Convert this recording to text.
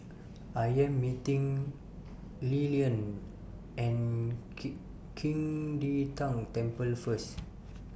I Am meeting Lilyan At Qing De Tang Temple First